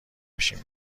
میشیم